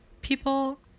people